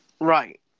Right